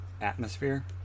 atmosphere